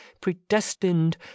predestined